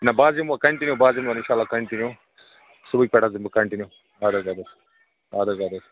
نَہ بہٕ حظ یِمہٕ وۄنۍ کنٹِنو بہٕ حظ یِمہٕ وۄنۍ اِنشاء اللہ کنٹِنو صبحٕکۍ پٮ۪ٹھ حظ یِمہٕ بہٕ کنٹِنو اَدٕ حظ آدٕ حظ آدٕ حظ